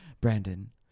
Brandon